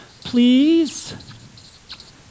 please